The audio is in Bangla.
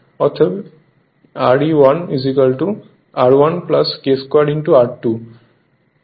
অতএব RE1 R 1 k 2 R2